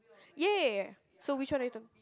!yay! so which one are you talk